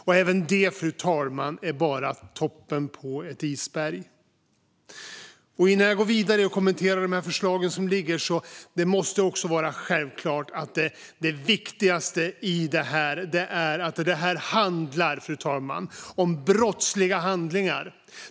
Och det är bara toppen på ett isberg, fru talman. Innan jag går vidare och kommenterar de liggande förslagen vill jag säga att det måste vara självklart att det viktigaste här är att det handlar om brottsliga handlingar.